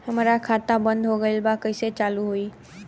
हमार खाता बंद हो गईल बा कैसे चालू होई?